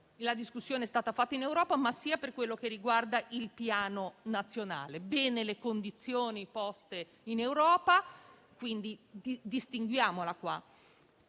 la discussione che è stata fatta in Europa, sia per quello che riguarda il piano nazionale. Positive le condizioni poste in Europa, quindi distinguiamo: se